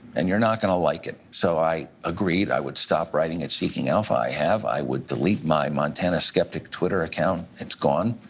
and you're not going to like it. so i agreed i would stop writing at seeking alpha. i have. i would delete my montana skeptic twitter account. it's gone.